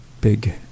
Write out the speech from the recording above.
big